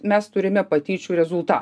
mes turime patyčių rezultą